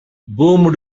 boomed